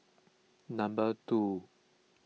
number two